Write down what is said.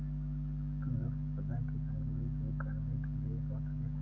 कुंदरू ह्रदय की कमजोरी दूर करने के लिए एक औषधि है